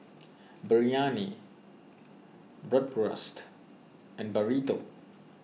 Biryani Bratwurst and Burrito